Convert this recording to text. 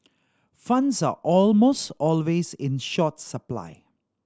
funds are almost always in short supply